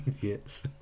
Yes